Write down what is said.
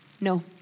No